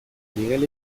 miguel